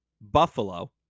Buffalo